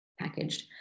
packaged